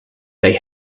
they